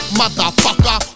motherfucker